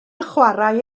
chwarae